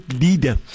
leader